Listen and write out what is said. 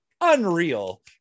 unreal